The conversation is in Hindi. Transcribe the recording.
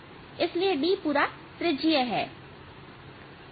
इसलिए D पूरा त्रिज्यीय है